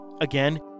Again